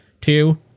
Two